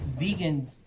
vegans